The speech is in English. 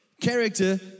character